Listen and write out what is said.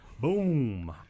Boom